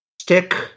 Stick